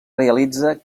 realitza